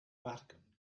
vatican